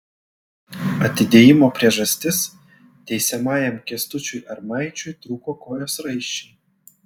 atidėjimo priežastis teisiamajam kęstučiui armaičiui trūko kojos raiščiai